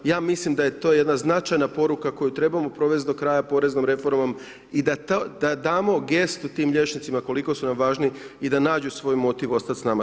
Ja mislim da je to jedna značajna poruka, koju trebamo provesti do kraja poreznom reformom i da damo gestu tim liječnicima, koliko su nam važni i da nađu svoj motiv ostati s nama.